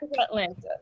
Atlanta